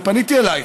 אני פניתי אלייך,